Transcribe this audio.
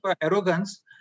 arrogance